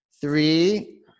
three